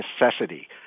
necessity